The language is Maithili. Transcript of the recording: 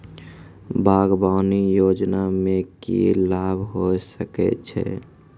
बागवानी योजना मे की लाभ होय सके छै?